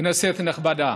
כנסת נכבדה,